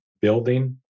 building